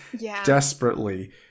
desperately